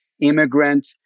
immigrant